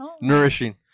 nourishing